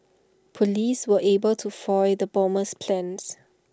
Police were able to foil the bomber's plans